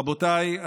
רבותיי,